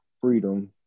freedom